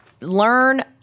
learn